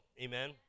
Amen